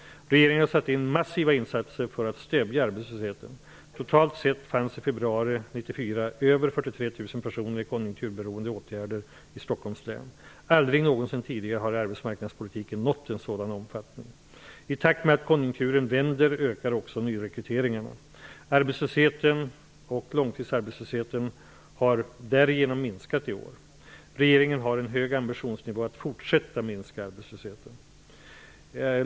Regeringen har satt in massiva insatser för att stävja arbetslösheten. Totalt sett fanns i februari 1994 över 43 000 personer i konjunkturberoende åtgärder i Stockholms län. Aldrig någonsin tidigare har arbetsmarknadspolitiken nått en sådan omfattning. I takt med att konjunkturen vänder ökar också nyrekryteringarna. Arbetslösheten och långtidsarbetslösheten har därigenom minskat i år. Regeringen har en hög ambitionsnivå för att fortsätta minska arbetslösheten.